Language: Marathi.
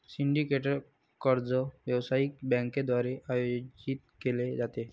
सिंडिकेटेड कर्ज व्यावसायिक बँकांद्वारे आयोजित केले जाते